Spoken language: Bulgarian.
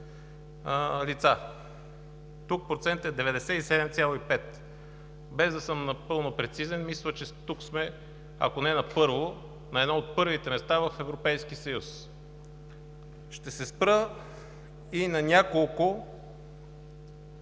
лица – тук процентът е 97,5. Без да съм напълно прецизен, мисля, че тук сме, ако не на първо, на едно от първите места в Европейския съюз. Ще се спра и на няколко